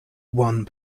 one